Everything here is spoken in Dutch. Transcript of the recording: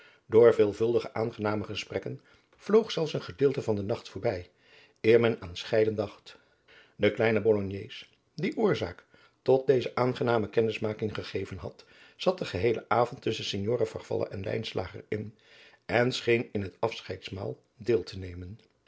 door veelvuldige aangename gesprekken vloog zelfs een gedeelte van den nacht voorbij eer men aan scheiden dacht de kleine bolognees die oorzaak tot deze aangename kennismaking gegeven had zat den geheelen avond tusschen signora farfalla en lijnslager in en scheen in het afscheidsmaal deel te nemen